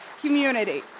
community